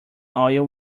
oil